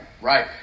right